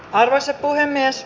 arvoisa puhemies